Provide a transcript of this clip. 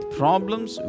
problems